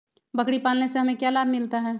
बकरी पालने से हमें क्या लाभ मिलता है?